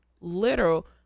literal